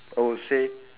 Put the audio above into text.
I would say